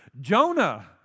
Jonah